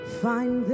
find